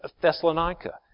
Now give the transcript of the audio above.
Thessalonica